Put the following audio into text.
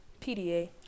PDA